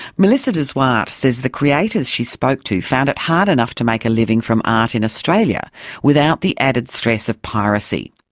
melissa de zwart says the creators she spoke to found it hard enough to make a living from art in australia without the added stress of piracy.